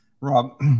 Rob